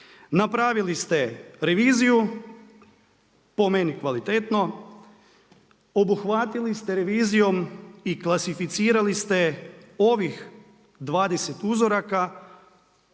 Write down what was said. Napravili ste reviziju, po meni kvalitetno. Obuhvatili ste revizijom i klasificirali ste ovih 20 uzoraka